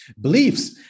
beliefs